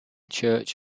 church